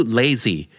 lazy